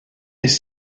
des